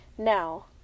Now